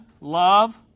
love